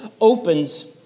opens